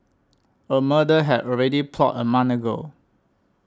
a murder had already plotted a month ago